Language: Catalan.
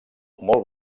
molt